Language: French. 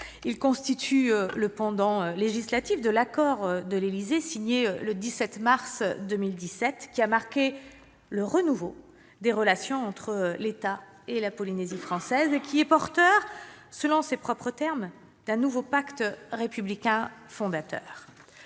Il constitue le pendant législatif de l'accord de l'Élysée, signé le 17 mars 2017, qui a marqué le renouveau des relations entre l'État et la Polynésie française et qui est porteur, selon ses propres termes « d'un nouveau pacte républicain fondateur